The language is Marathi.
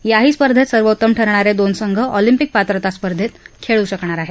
याही स्पर्धेत सर्वोत्तम ठरणारे दोन संघ ऑलिंपिक पात्रता स्पर्धेत खेळू शकणार आहेत